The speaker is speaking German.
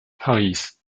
paris